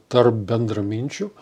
tarp bendraminčių